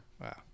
wow